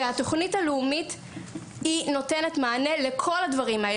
התוכנית הלאומית נותנת מענה לכל הדברים האלה.